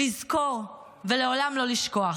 לזכור ולעולם לא לשכוח.